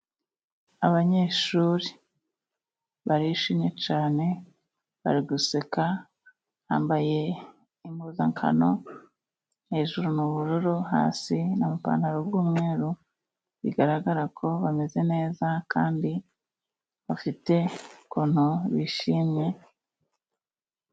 Abanyeshuri barishimye cyane，bari guseka， bambaye impuzankano，hejuru ni ubururu， hasi ni ipantaro y'umweru，bigaragara ko bameze neza，kandi bafite ukuntu bishimye.